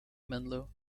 menlo